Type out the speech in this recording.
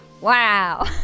Wow